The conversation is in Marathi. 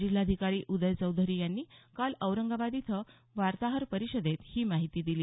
जिल्हाधिकारी उदय चौधरी यांनी काल औरंगाबाद इथं वार्ताहर परिषदेत ही माहिती दिली